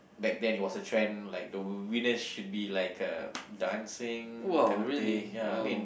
back then it was the trend like the winner should be like a dancing kind of thing ya I mean